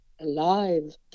alive